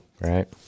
right